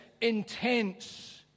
intense